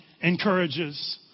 encourages